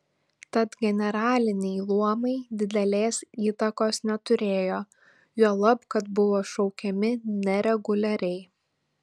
tad generaliniai luomai didelės įtakos neturėjo juolab kad buvo šaukiami nereguliariai